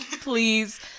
please